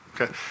Okay